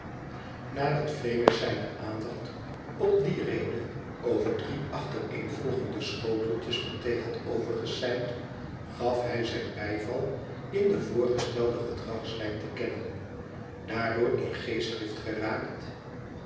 nadat venns zijne aandacht op die rede over drie achtereenvolgende schoteles met thee had overgesemd gaf hij zijn bijval m de voorgestelde gedragslijn te kennen daardoor in geestdrift geraakt